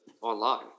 online